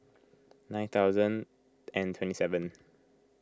nine thousand and twenty seven